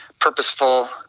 purposeful